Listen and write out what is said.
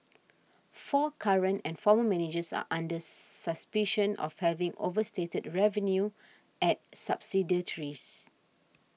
four current and former managers are under suspicion of having overstated revenue at subsidiaries